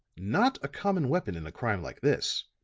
not a common weapon in a crime like this.